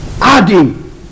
Adding